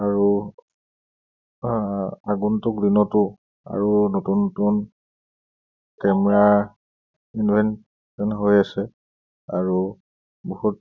আৰু আগন্তুক দিনতো আৰু নতুন নতুন কেমেৰাৰ হৈ আছে আৰু বহুত